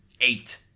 Eight